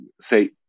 say